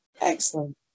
Excellent